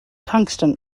tungsten